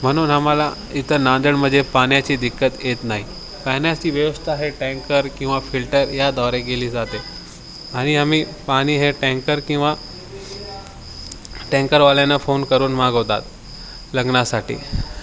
म्हणून आम्हाला इथं नांदेडमध्ये पाण्याची दिक्कत येत नाही पाण्याची व्यवस्था हे टँकर किंवा फिल्टर याद्वारे केली जाते आणि आम्ही पाणी हे टँकर किंवा टँकरवाल्यांना फोन करून मागवतात लग्नासाठी